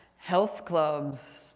health clubs,